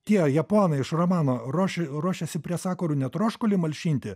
tie japonai iš romano ruoš ruošėsi prie sakurų ne troškulį malšinti